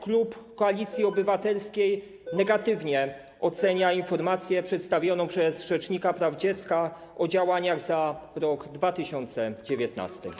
Klub Koalicji Obywatelskiej negatywnie ocenia informację przedstawioną przez rzecznika praw dziecka o działaniach za rok 2019.